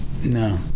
No